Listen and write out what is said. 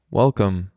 welcome